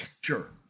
sure